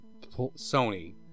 Sony